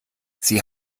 sie